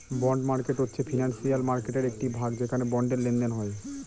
bond market হচ্ছে financial মার্কেটের একটি ভাগ যেখানে বন্ডের লেনদেন হয়